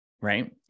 right